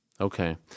Okay